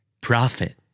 Prophet